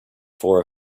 for